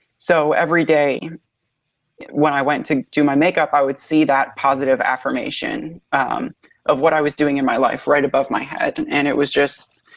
so every day when i went to do my makeup i would see that positive affirmation of what i was doing in my life right above my head. and and it was just,